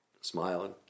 smiling